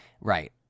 Right